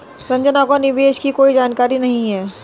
संजना को निवेश की कोई जानकारी नहीं है